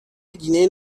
گینه